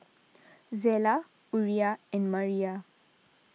Zella Uriah and Maria